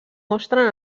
mostren